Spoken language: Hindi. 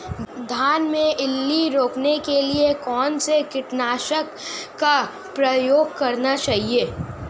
धान में इल्ली रोकने के लिए कौनसे कीटनाशक का प्रयोग करना चाहिए?